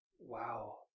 Wow